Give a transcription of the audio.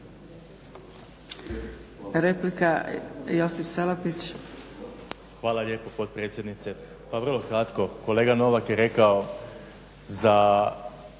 **Salapić, Josip (HDSSB)** Hvala lijepo potpredsjednice. Pa vrlo kratko. Kolega Novak je rekao za